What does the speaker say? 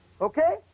Okay